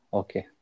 okay